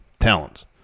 Talents